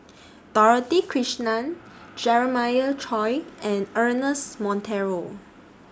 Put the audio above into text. Dorothy Krishnan Jeremiah Choy and Ernest Monteiro